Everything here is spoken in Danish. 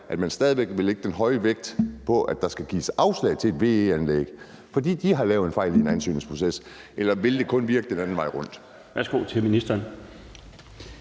administrativ fejl, vil lægge stor vægt på, at der skal gives afslag til et VE-anlæg, fordi de har lavet en fejl i en ansøgningsproces, eller vil det kun virke den anden vej rundt?